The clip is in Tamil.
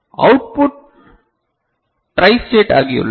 எனவே அவுட் புட் ட்ரை ஸ்டேட் ஆகியுள்ளது